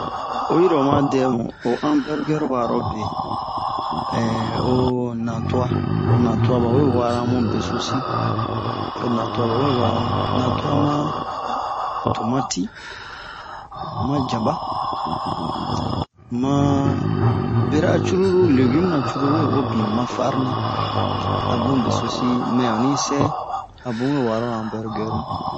oyi ro oma dɛ mu o anbɛrgɛr wa'a ro be o na tua o na tua ba we wara mu besosi o na tua ba we wa'a mu na tua man tomati ma jaba man bera cruru legume na cruru we o bin man farni a bun beso si mɛ onni sɛ a bun we wa'a ra ho anbɛrgɛr mu